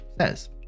says